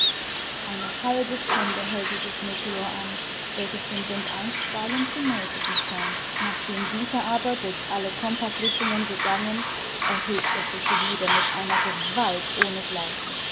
eine halbe stunde hält dieses meteor an welches den wind einstweilen zu mäßigen scheint nachdem dieser aber durch alle compaßrichtungen gegangen erhebt er sich wieder mit einer gewalt